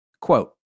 Quote